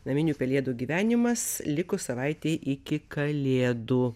naminių pelėdų gyvenimas likus savaitei iki kalėdų